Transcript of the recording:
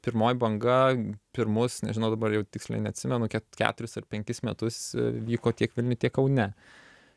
pirmoji banga pirmus nežinau dabar jau tiksliai neatsimenu kiek keturis ar penkis metus vyko tiek vilniuj tiek kaune